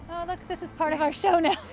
oh look, this is part of our show now.